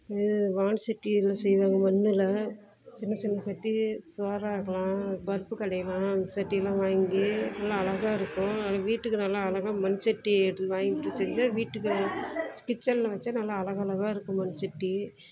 இது வான்சட்டியெல்லாம் செய்வாங்க மண்ணில் சின்ன சின்ன சட்டி சோறாக்கலாம் பருப்பு கடையலாம் அந்த சட்டியெல்லாம் வாங்கி நல்லா அழகா இருக்கும் அது வீட்டுக்கு நல்லா அழகா மண்சட்டி அது வாங்கிட்டு செஞ்சால் வீட்டுக்கு கிச்சனில் வைச்சா நல்ல அழகலகா இருக்கும் மண்சட்டி